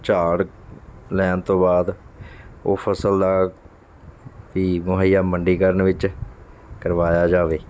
ਝਾੜ ਲੈਣ ਤੋਂ ਬਾਅਦ ਉਹ ਫ਼ਸਲ ਦਾ ਵੀ ਮੁਹੱਈਆ ਮੰਡੀਕਰਨ ਵਿੱਚ ਕਰਵਾਇਆ ਜਾਵੇ